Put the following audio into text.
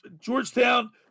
Georgetown